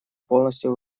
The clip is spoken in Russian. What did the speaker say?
полностью